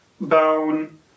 Bone